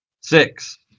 Six